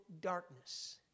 darkness